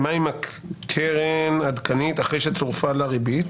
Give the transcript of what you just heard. מה עם קרן עדכנית אחרי שצורפה לה ריבית?